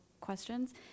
questions